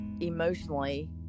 emotionally